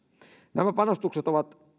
nämä panostukset ovat